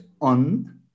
on